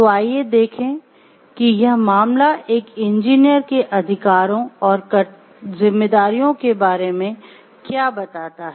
तो आइए देखें कि यह मामला एक इंजीनियर के अधिकारों और जिम्मेदारियों के बारे में क्या बताता है